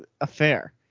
affair